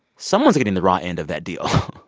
someone's getting the raw end of that deal.